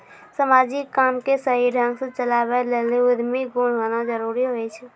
समाजिक काम के सही ढंग से चलावै लेली उद्यमी गुण होना जरूरी हुवै छै